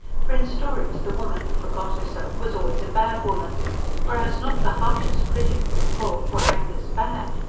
for in stories the woman who forgot herself was always a bad woman whereas not the harshest critic could call poor agnes bad.